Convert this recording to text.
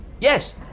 Yes